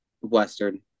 western